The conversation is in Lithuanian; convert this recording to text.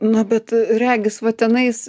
na bet regis va tenais